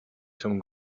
some